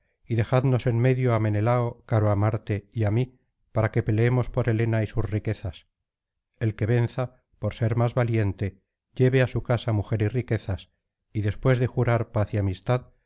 y dejadnos en medio á menelao caro á marte y á mí para que peleemos por helena y sus riquezas el que venza por ser más vajiente lleve á su casa mujer y riquezas y después de jurar paz y amistad